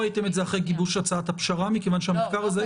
לא ראיתם את זה אחרי גיבוש הצעת הפשרה מכיוון שהמחקר הזה --- לא,